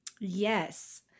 Yes